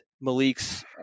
Malik's